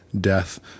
Death